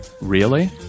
Really